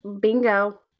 Bingo